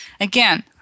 Again